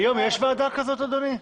היום יש ועדה כזאת, אדוני?